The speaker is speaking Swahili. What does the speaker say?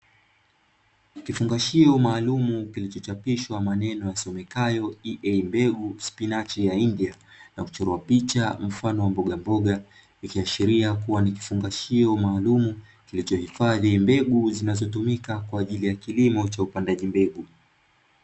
Kifungashio maalumu kilichochapishwa maneno yasomekayo "EA mbegu spinachi ya INDIA" na kuchorwa picha mfano wa mbogamboga, ikiashiria kuwa ni kifungashio maalumu kilichohifadhi mbegu zinazotumika kwa ajili ya kilimo cha upandaji mbegu.